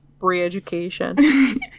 re-education